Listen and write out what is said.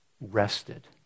rested